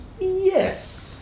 Yes